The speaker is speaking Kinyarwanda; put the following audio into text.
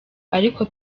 ariko